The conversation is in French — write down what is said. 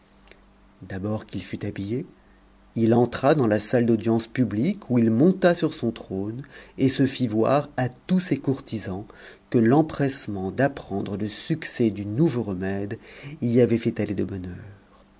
d'abord qu'il fut habillé il entra dans la salle d'audience publique où il monta sur son trône et se fit voir à tous ses courtisans que l'empressement d'apprendre le succès du nouveau remède y avait fait aller de bonne